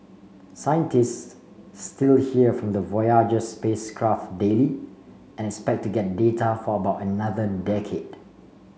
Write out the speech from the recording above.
scientists still hear from the Voyager spacecraft daily and expect to get data for about another decade